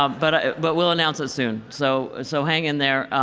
ah but but we'll announce it soon. so so hang in there.